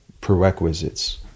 prerequisites